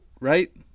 right